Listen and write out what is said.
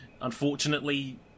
unfortunately